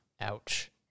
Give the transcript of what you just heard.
Ouch